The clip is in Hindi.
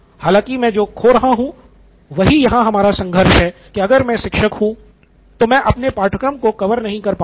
हालाँकि मैं जो खो रहा हूँ वही यहाँ हमारा संघर्ष है कि अगर मैं शिक्षक हूँ तो मैं अपने पाठ्यक्रम को कवर नहीं कर पाऊँगा